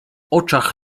oczach